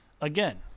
again